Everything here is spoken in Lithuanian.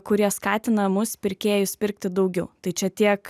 kurie skatina mus pirkėjus pirkti daugiau tai čia tiek